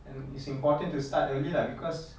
and it's important to start early lah because